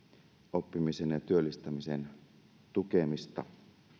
oppimisen ja työllistämisen tukemista